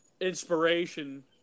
inspiration